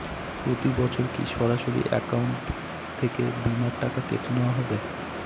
প্রতি বছর কি সরাসরি অ্যাকাউন্ট থেকে বীমার টাকা কেটে নেওয়া হবে?